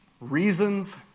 Reasons